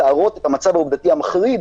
מתארות את המצב העובדתי המחריד